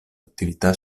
attività